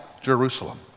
Jerusalem